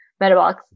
metabolic